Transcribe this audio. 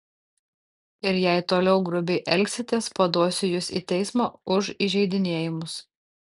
ir jei toliau grubiai elgsitės paduosiu jus į teismą už įžeidinėjimus